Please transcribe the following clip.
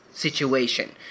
situation